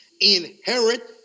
inherit